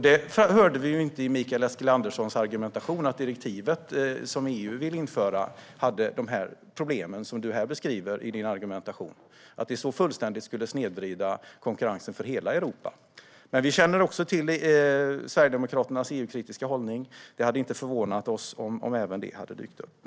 Det framgick ju inte av hans argumentation att det fanns de problem som du här beskriver med det direktiv som EU vill införa, att det så fullständigt skulle snedvrida konkurrensen i hela Europa. Vi känner också till Sverigedemokraternas EU-kritiska hållning. Det hade inte förvånat oss om även det hade dykt upp.